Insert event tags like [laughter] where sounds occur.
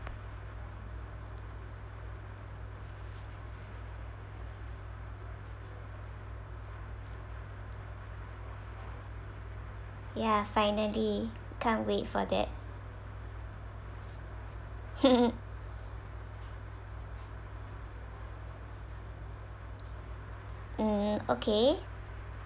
ya finally can't wait for that [laughs] mm okay